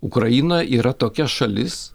ukraina yra tokia šalis